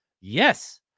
Yes